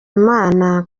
imana